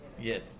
yes